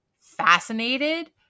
fascinated